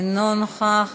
אינו נוכח,